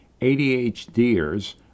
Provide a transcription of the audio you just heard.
ADHDers